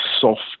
soft